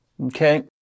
Okay